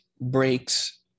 breaks